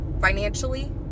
financially